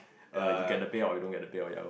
err you get the pay or I don't get pay oh ya lor